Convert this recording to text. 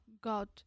God